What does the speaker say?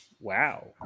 Wow